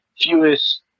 fewest